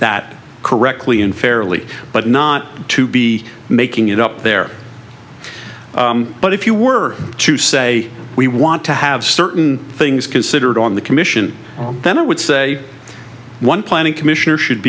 that correctly and fairly but not to be making it up there but if you were to say we want to have certain things considered on the commission then i would say one planning commissioner should